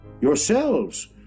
yourselves